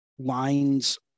lines